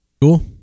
Cool